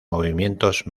movimientos